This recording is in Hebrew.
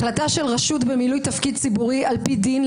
החלטה של רשות במילוי תפקיד ציבורי על פי דין,